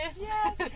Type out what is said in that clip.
Yes